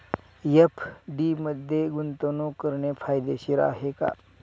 FD मध्ये गुंतवणूक करणे फायदेशीर आहे का?